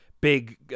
Big